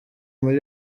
muri